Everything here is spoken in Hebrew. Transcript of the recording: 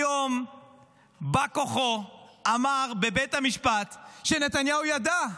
היום בא כוחו אמר בבית המשפט שנתניהו ידע.